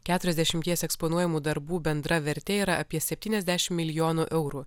keturiasdešimies eksponuojamų darbų bendra vertė yra apie septyniasdešim milijonų eurų